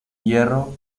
hierro